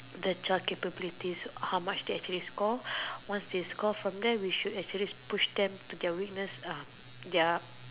the child capabilities how much they can score once they score from there we should actually push them to their weakness